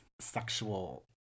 sexual